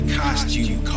costume